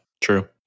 true